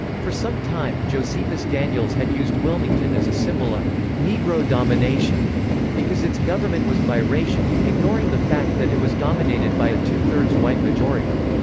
for some time, josephus daniels had used wilmington as a symbol of negro domination because its government was biracial, ignoring the fact that it was dominated by a two-thirds white majority.